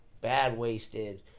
bad-wasted